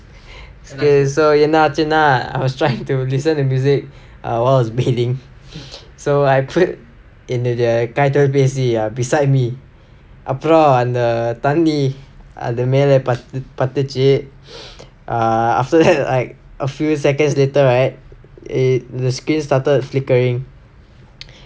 okay so என்னாச்சுனா:ennaachunaa I was trying to listen to music while I was bathing so I put என்னோட:ennoda patter P_C beside me அப்பறம் அந்த தண்ணி அது மேல பத்து பத்துச்சு:apparam antha thanni athu mela pathu patthuchu after that like a few seconds later right eh the screen started flickering